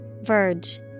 Verge